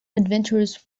adventurous